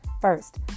First